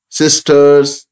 sister's